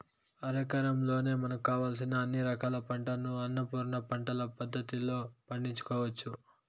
అరెకరంలోనే మనకు కావలసిన అన్ని రకాల పంటలను అన్నపూర్ణ పంటల పద్ధతిలో పండించుకోవచ్చు